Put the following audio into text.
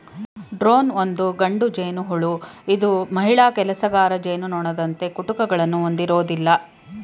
drone ಒಂದು ಗಂಡು ಜೇನುಹುಳು ಇದು ಮಹಿಳಾ ಕೆಲಸಗಾರ ಜೇನುನೊಣದಂತೆ ಕುಟುಕುಗಳನ್ನು ಹೊಂದಿರೋದಿಲ್ಲ